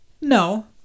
no